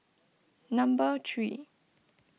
number three